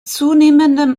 zunehmendem